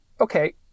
okay